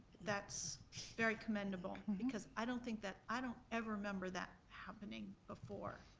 that's very commendable. because i don't think that, i don't ever remember that happening before,